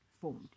formed